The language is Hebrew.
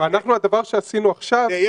הדבר שעשינו עכשיו --- תראה,